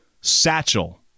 Satchel